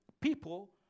people